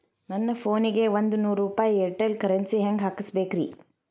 ನನ್ನ ಫೋನಿಗೆ ಒಂದ್ ನೂರು ರೂಪಾಯಿ ಏರ್ಟೆಲ್ ಕರೆನ್ಸಿ ಹೆಂಗ್ ಹಾಕಿಸ್ಬೇಕ್ರಿ?